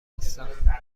هستم